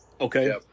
Okay